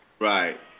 Right